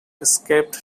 escaped